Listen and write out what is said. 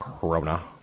Corona